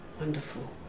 Wonderful